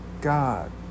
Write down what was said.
God